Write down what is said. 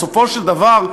בסופו של דבר,